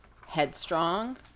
headstrong